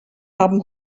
haben